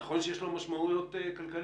נכון שיש לו משמעויות כלכליות,